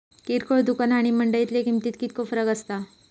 किरकोळ दुकाना आणि मंडळीतल्या किमतीत कितको फरक असता?